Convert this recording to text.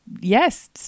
yes